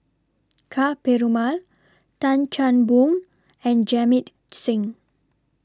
Ka Perumal Tan Chan Boon and Jamit Singh